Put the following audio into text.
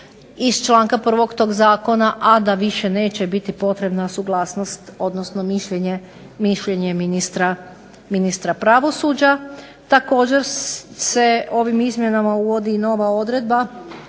Iz članka 1. toga zakona a da više neće biti potrebna suglasnost odnosno mišljenje ministra pravosuđa. Također se ovim izmjenama uvodi nova odredba